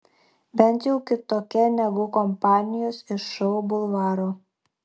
bent jau kitokia negu kompanijos iš šou bulvaro